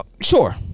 Sure